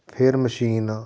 ਫਿਰ ਮਸ਼ੀਨ